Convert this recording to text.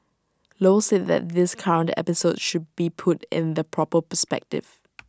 low said that this current episode should be put in the proper perspective